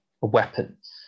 weapons